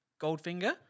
Goldfinger